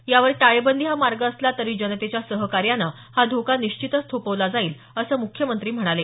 यावर टाळेबंदी हा मार्ग असला तरी जनतेच्या सहकार्याने हा धोका निश्चितच थोपवला जाईल असं मुख्यमंत्री म्हणाले